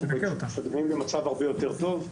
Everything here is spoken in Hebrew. באצטדיונים מצבנו טוב הרבה יותר.